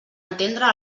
entendre